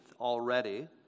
already